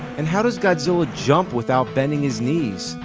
and how does godzilla jump without bending his knees?